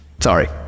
Sorry